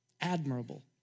admirable